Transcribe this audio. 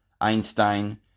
Einstein